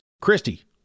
Christy